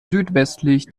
südwestlich